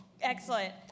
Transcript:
Excellent